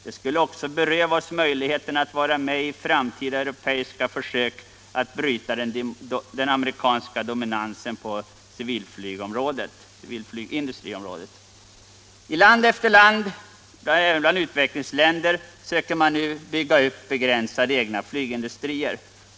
Det skulle också beröva oss möjligheten att vara med i framtida europeiska försök att bryta den amerikanska dominansen på civilflygindustriområdet. I land efter land, även i utvecklingsländerna, söker man nu bygga upp begränsade egna flygindustrier.